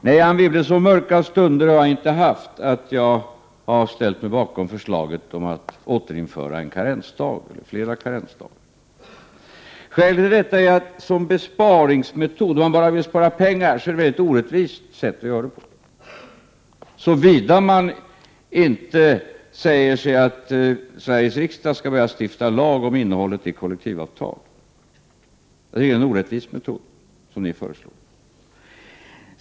Nej, Anne Wibble, så mörka stunder har jag inte haft att jag ställt mig bakom förslaget att återinföra en karensdag eller flera karensdagar. Om man bara vill spara pengar är det ett mycket orättvist sätt att göra det på, såvida man inte säger sig att Sveriges riksdag skall börja stifta lag om innehållet i kollektivavtal. Det är en orättvis besparingsmetod som ni föreslår.